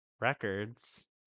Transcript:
records